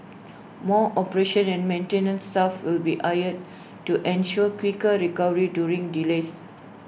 more operations and maintenance staff will be hired to ensure quicker recovery during delays